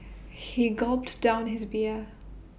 he gulped down his beer